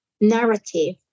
narrative